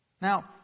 Now